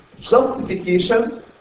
justification